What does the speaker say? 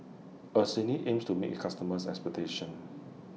Eucerin aims to meet its customers' expectations